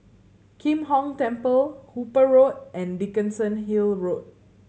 Kim Hong Temple Hooper Road and Dickenson Hill Road